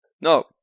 no